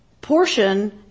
portion